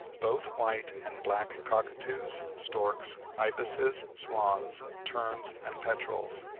both white and black cockatoos, storks, ibises, swans, terns, and petrels.